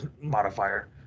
modifier